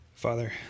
Father